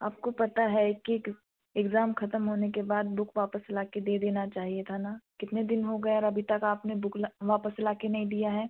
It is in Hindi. आपको पता है कि इक्ज़ाम खत्म होने के बाद बुक वापस लाके दे देना चाहिए था ना कितने दिन हो गए और अभी तक आपने बुक वापस लाके नहीं दिया है